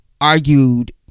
argued